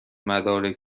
مدارک